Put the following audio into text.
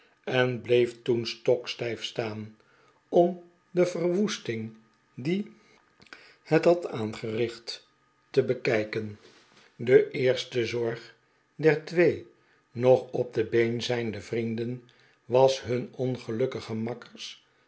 en bleef nstokstijf staan om de verwoesting die it had aangericht te bekijken j i e eerste zorg der twee nog op de been jijnde vrienden was hun ongelukkige mak